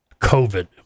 COVID